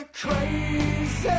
crazy